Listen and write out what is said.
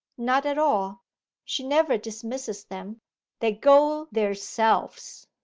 not at all she never dismisses them they go theirselves.